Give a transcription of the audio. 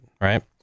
Right